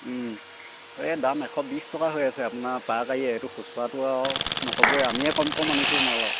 এই দাম এশ বিছ টকা হৈ আছে আপোনাৰ পাৰকাৰীয়ে এইটো খুচুৰাটো আৰু নক'বই আমিয়ে কম কম আনিছোঁ মাল আৰু